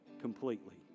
completely